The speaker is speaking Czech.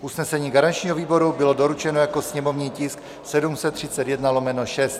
Usnesení garančního výboru bylo doručeno jako sněmovní tisk 731/6.